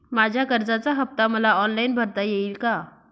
माझ्या कर्जाचा हफ्ता मला ऑनलाईन भरता येईल का?